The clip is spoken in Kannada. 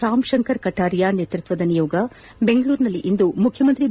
ರಾಮ್ಶಂಕರ್ ಕಟಾರಿಯಾ ನೇತೃತ್ವದ ನಿಯೋಗ ಬೆಂಗಳೂರಿನಲ್ಲಿಂದು ಮುಖ್ಯಮಂತ್ರಿ ಬಿ